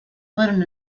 fueron